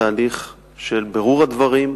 תהליך של בירור הדברים,